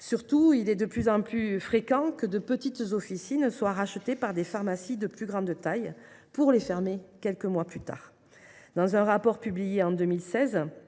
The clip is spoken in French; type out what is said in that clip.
Surtout, il est de plus en plus fréquent que de petites officines soient rachetées par des pharmacies de plus grande taille, qui les ferment quelques mois plus tard. Dans un rapport publié en 2016,